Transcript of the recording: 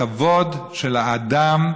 הכבוד של האדם,